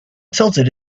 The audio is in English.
tilted